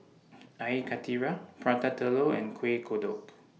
Air Karthira Prata Telur and Kueh Kodok